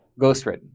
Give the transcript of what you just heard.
ghostwritten